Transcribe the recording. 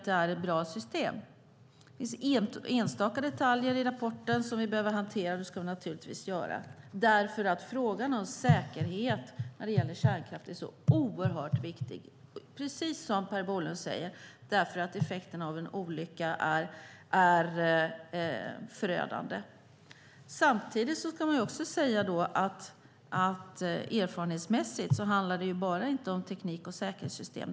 Det finns enstaka detaljer i deras rapport som vi behöver hantera, och det ska vi naturligtvis göra. Frågan om säkerhet vad gäller kärnkraft är oerhört viktig, precis som Per Bolund säger, eftersom effekterna av en olycka vore förödande. Samtidigt ska man säga att det erfarenhetsmässigt inte enbart handlar om teknik och säkerhetssystem.